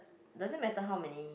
does it matter how many